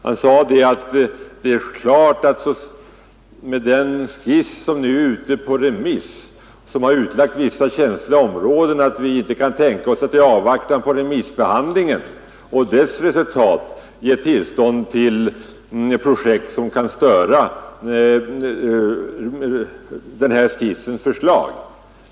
Han sade att det är klart att man inte kan ge tillstånd till projekt som kan störa förslagen i den skiss som nu är ute på remiss och i vilken man har lagt ut vissa känsliga områden som naturskyddsområden.